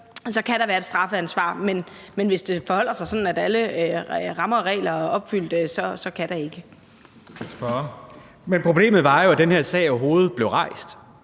kan der være et strafansvar. Men hvis det forholder sig sådan, at alle rammer og regler er opfyldt, så kan der ikke. Kl. 13:32 Den fg. formand (Christian